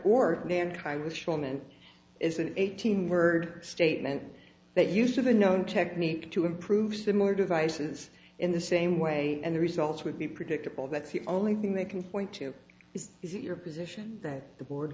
and is an eighteen word statement that use of the known technique to improve similar devices in the same way and the results would be predictable that's the only thing they can point to is is it your position that the board